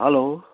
hello